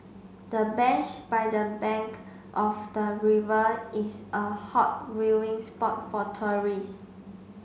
the bench by the bank of the river is a hot viewing spot for tourist